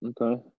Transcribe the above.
Okay